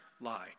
lie